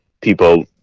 people